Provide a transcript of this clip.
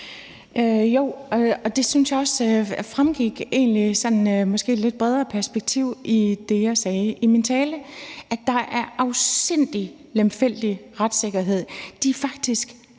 Jo, og det synes jeg egentlig også fremgik, måske i det sådan lidt bredere perspektiv, i det, jeg sagde i min tale: at der er en afsindig lemfældig retssikkerhed. De er faktisk